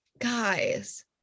guys